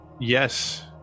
yes